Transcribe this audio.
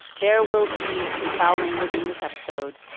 there will be some foul language in this episode.